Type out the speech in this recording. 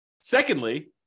secondly